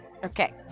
Okay